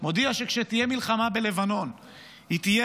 מודיע שכשתהיה מלחמה בלבנון היא תהיה